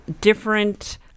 different